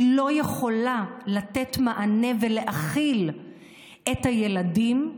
היא לא יכולה לתת מענה ולהכיל את הילדים.